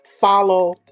follow